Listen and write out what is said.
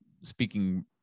speaking